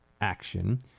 action